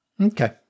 Okay